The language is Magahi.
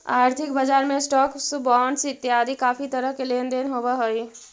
आर्थिक बजार में स्टॉक्स, बॉंडस इतियादी काफी तरह के लेन देन होव हई